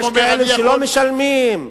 יש כאלה שלא משלמים.